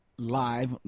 live